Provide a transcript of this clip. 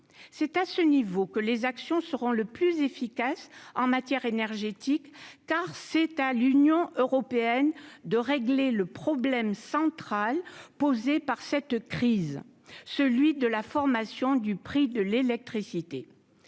c'est à ce niveau que les actions seront le plus efficaces en matière énergétique, car c'est à l'Union européenne de régler le problème central posé par cette crise, celui de la formation du prix de l'électricité,